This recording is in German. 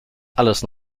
alles